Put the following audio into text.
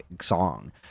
song